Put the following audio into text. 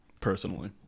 personally